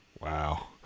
Wow